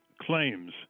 claims